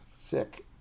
Sick